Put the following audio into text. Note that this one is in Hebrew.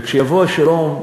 וכשיבוא השלום,